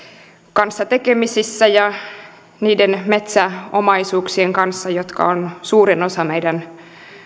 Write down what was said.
kanssa ja niiden metsäomaisuuksien kanssa jotka ovat suurin osa meidän